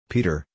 Peter